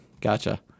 gotcha